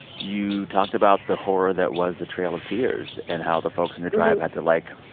you talked about the horror that was the trail of tears and how the folks in your tribe had to, like,